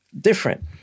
different